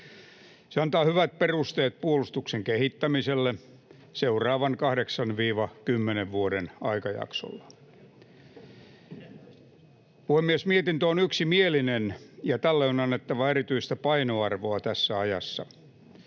Se antaa hyvät perusteet puolustuksen kehittämiselle seuraavan 8—10 vuoden aikajaksolla. Puhemies! Mietintö on yksimielinen, ja tälle on annettava erityistä painoarvoa tässä ajassa.